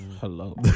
Hello